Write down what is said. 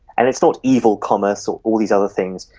and it is not evil commerce or all these other things,